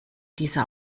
dieser